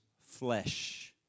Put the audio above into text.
flesh